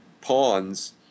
pawns